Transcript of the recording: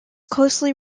closely